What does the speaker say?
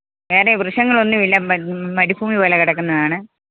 വേറെ വൃക്ഷങ്ങളൊന്നുമില്ല മ മരുഭൂമി പോലെ കിടക്കുന്നതാണ്